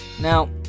Now